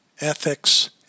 ethics